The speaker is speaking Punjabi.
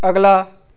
ਅਗਲਾ